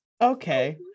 okay